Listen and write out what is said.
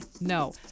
no